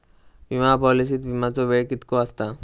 विमा पॉलिसीत विमाचो वेळ कीतको आसता?